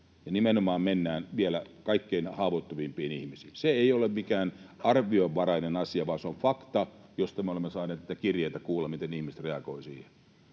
nimenomaan mennään vielä kaikkein haavoittuvimpiin ihmisiin. Se ei ole mikään arvionvarainen asia, vaan se on fakta, josta me olemme saaneet näitä kirjeitä kuulla, miten ihmiset reagoivat siihen.